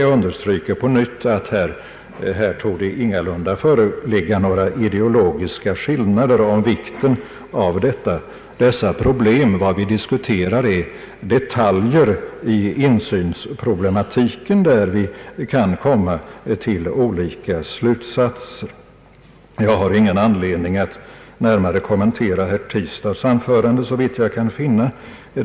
Jag understryker på nytt att här ingalunda torde föreligga några ideologiska skillnader om vikten av dessa problem. Vad vi diskuterar är detaljer i insynsproblematiken, där vi kan komma till olika slutsatser. Jag har ingen anledning att närmare kommentera herr Tistads anförande.